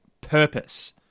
purpose